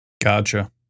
gotcha